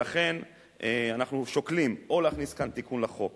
לכן אנחנו שוקלים או להכניס כאן תיקון לחוק